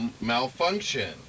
malfunction